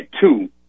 two